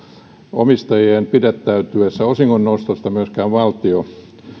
omistajien pidättäytyessä osingon nostosta myöskään valtio